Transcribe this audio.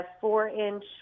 four-inch